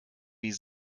wie